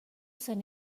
zen